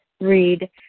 read